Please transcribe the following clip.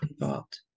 involved